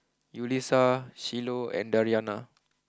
Yulisa Shiloh and Dariana